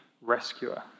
rescuer